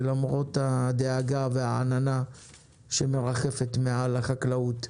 ולמרות הדאגה והעננה שמרחפת מעל החקלאות,